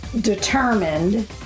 determined